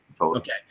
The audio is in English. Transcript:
Okay